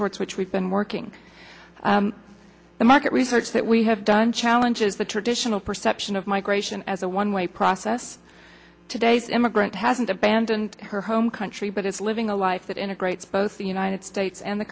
towards which we've been working market research that we have done challenges the traditional perception of migration as a one way process today's immigrant hasn't abandoned her home country but is living a life that integrates both the united states and the